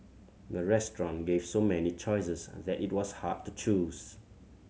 the restaurant gave so many choices and that it was hard to choose